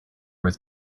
was